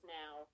now